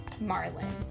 Marlin